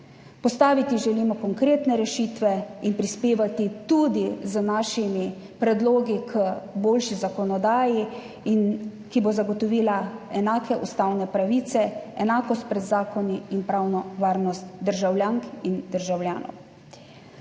Postaviti želimo konkretne rešitve in prispevati tudi s svojimi predlogi k boljši zakonodaji, ki bo zagotovila enake ustavne pravice, enakost pred zakoni in pravno varnost državljank in državljanov.